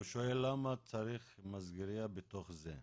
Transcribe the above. אבל הוא שואל למה צריך מסגריה בתוך זה,